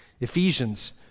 Ephesians